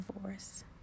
divorce